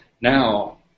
now